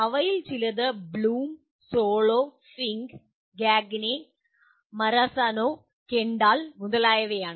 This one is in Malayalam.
അവയിൽ ചിലത് Bloom Solo Fink Gagne Marzano Kendall മുതലായവയാണ്